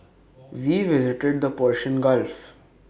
we visited the Persian gulf